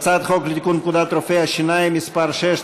הצעת חוק לתיקון פקודת רופאי השיניים (מס' 6),